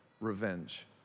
revenge